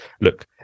look